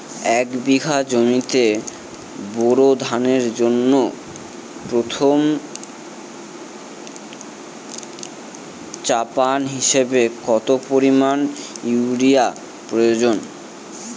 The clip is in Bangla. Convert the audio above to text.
এক বিঘা জমিতে বোরো ধানের জন্য প্রথম চাপান হিসাবে কতটা পরিমাণ ইউরিয়া প্রয়োজন?